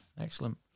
excellent